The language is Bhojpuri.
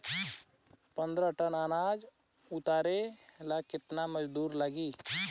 पन्द्रह टन अनाज उतारे ला केतना मजदूर लागी?